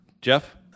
Jeff